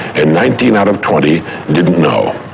and nineteen out of twenty didn't know.